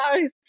guys